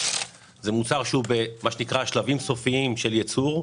מדובר במוצר חדש שנמצא בשלבים אחרונים של ייצור,